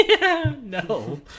No